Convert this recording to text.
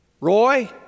Roy